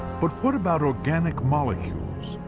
but what about organic molecules,